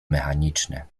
mechaniczne